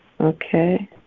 Okay